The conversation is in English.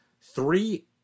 three